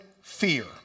fear